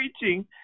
preaching